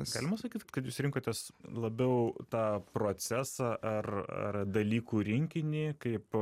galima sakyt kad jūs rinkotės labiau tą procesą ar ar dalykų rinkinį kaip